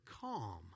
calm